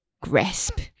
grasp